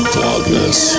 darkness